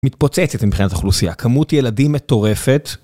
מתפוצצת מבחינת האוכלוסייה, כמות ילדים מטורפת.